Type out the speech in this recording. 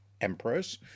emperors